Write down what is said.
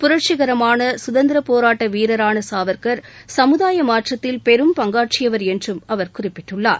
புரட்சிகரமான சுதந்திரப் போராட்ட வீரரான சாவர்கர் சமுதாய மாற்றத்தில் பெரும் பங்காற்றியவர் என்றும் அவர் குறிப்பிட்டுள்ளார்